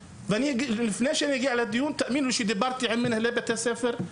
לפני שהגעתי לדיון דיברתי עם מנהלי בתי הספר,